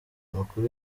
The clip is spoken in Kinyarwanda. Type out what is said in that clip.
amakuru